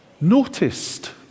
noticed